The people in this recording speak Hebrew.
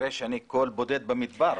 כנראה שאני קול בודד במדבר.